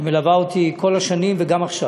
שמלווה אותי כל השנים, וגם עכשיו,